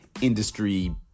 industry